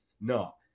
No